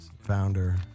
founder